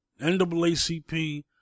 NAACP